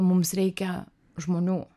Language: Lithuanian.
mums reikia žmonių